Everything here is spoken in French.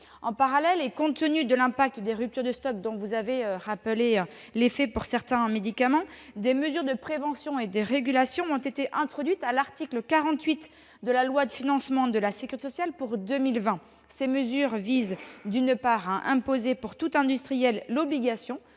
En parallèle, compte tenu de l'impact des ruptures de stock dont vous avez rappelé l'effet pour certains médicaments, des mesures de prévention et de régulation ont été introduites à l'article 48 de la loi de financement de la sécurité sociale pour 2020. D'une part, ces mesures visent à imposer, pour tout industriel, l'obligation